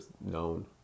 known